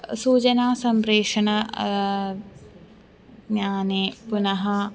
सूचनासम्प्रेषणं ज्ञाने पुनः